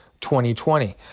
2020